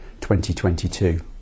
2022